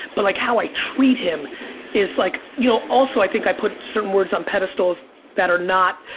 but like how i treat him is like you know, also i think i put certain words on pedestals that are not,